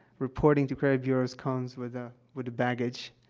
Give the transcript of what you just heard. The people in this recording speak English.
reporting to credit bureaus comes with a with the baggage.